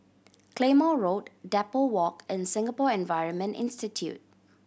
Claymore Road Depot Walk and Singapore Environment Institute